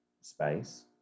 space